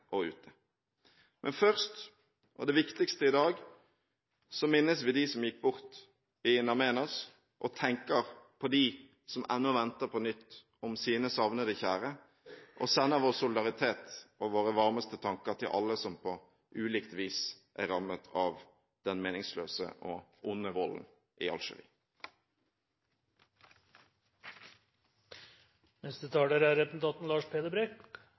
og ute. Det viktigste i dag er å minnes dem som gikk bort i In Amenas. Vi tenker på dem som ennå venter på nytt om sine savnede kjære, og vi sender vår solidaritet og våre varmeste tanker til alle dem som på ulikt vis er rammet av den meningsløse og onde volden i